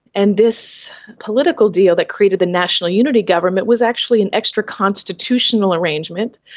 and this political deal that created the national unity government was actually an extraconstitutional arrangement,